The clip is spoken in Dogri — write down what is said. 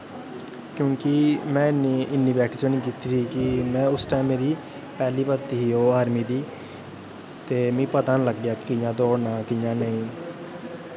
क्योंकि में इन्नी प्रैक्टिस बी नेईं कीती ही कि में उस टैम मेरी पैह्ली भर्थी ही ओह् आर्मी दी ते मिगी पता निं लग्गेआ कि कि'यां दौड़ना कि'यां नेईं